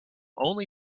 only